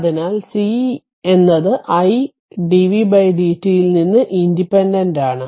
അതിനാൽ c എന്നത് i dvdt ൽ നിന്ന് ഇൻഡിപെൻഡന്റ് ആണ്